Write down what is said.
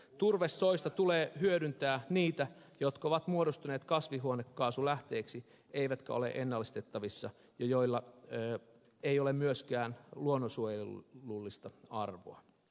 turvesoista tulee hyödyntää niitä jotka ovat muodostuneet kasvihuonekaasulähteiksi eivätkä ole ennallistettavissa ja joilla ei ole myöskään luonnonsuojelullista arvoa